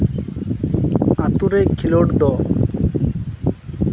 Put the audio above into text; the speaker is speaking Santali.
ᱟᱛᱳ ᱨᱮ ᱠᱷᱮᱞᱳᱰ ᱫᱚ